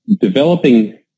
Developing